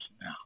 now